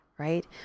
Right